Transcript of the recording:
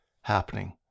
happening